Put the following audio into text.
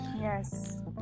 Yes